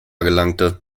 gelangte